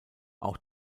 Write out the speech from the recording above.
auch